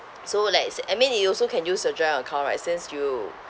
so like sa~ I mean you also can use the joint account right since you